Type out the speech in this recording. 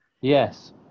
Yes